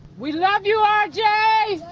we love you, r j.